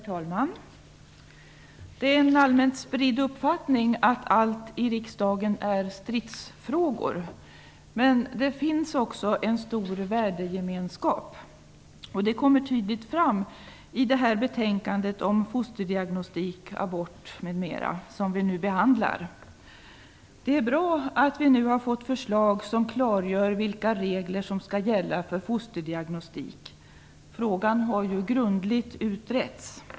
Herr talman! Det är en allmänt spridd uppfattning att allt i riksdagen är stridsfrågor, men det finns också en stor värdegemenskap. Det kommer tydligt fram i det betänkande om fosterdiagnostik, abort m.m. som vi nu behandlar. Det är bra att vi har fått ett förslag som klargör vilka regler som skall gälla för fosterdiagnostik. Frågan har grundligt utretts.